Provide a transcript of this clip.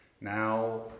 Now